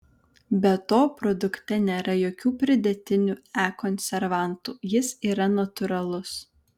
be to produkte nėra jokių pridėtinių e konservantų jis yra natūralus